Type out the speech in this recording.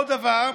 עוד דבר.